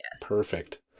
Perfect